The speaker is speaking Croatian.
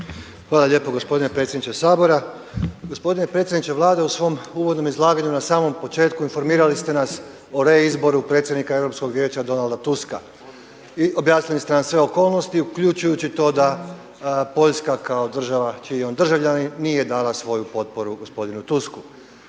Hvala lijepo gospodine predsjedniče Sabora. Gospodine predsjedniče Vlade, u svom uvodnom izlaganju na samom početku informirali ste nas o reizboru predsjednika Europskog vijeća Donalda Tuska i objasnili ste nam sve okolnosti uključujući to da Poljska kao država čiji je on državljanin nije dala svoju potporu gospodinu Tusku.